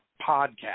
podcast